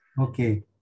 Okay